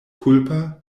kulpa